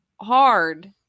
hard